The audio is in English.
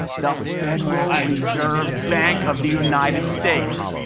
the federal reserve bank of the united states.